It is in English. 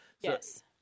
Yes